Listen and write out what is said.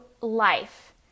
life